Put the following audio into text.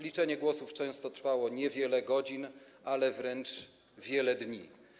Liczenie głosów często trwało nie wiele godzin, ale wręcz wiele dni.